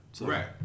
Right